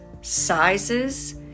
sizes